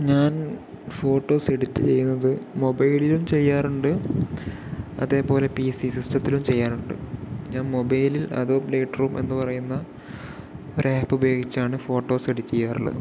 ഞാൻ photos edit ചെയ്യുന്നത് മൊബൈലിലും ചെയ്യാറുണ്ട് അതേപോലെ പി സി സിസ്റ്റത്തിലും ചെയ്യാറുണ്ട് ഞാൻ മൊബൈലിൽ അഡോബ് പ്ലേറ്റ് റൂം എന്ന് പറയുന്ന ഒരു ആപ് ഉപയോഗിച്ചാണ് ഫോട്ടോസ് എഡിറ്റ് ചെയ്യാറുള്ളത്